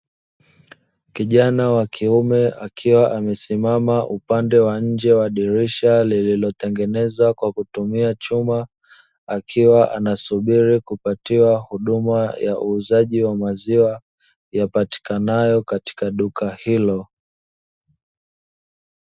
Kijana wa kiume akiwa amesimama upande wa nje wa dirisha lililotengenezwa kwa kutumia chuma, akiwa anasubiri kupatiwa huduma ya uuzaji wa maziwa yapatikanayo katika duka hilo.